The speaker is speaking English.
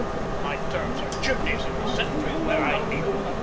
my terms are chimneys in the centry where i need em.